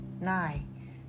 Nine